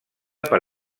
per